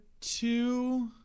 two